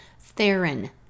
Theron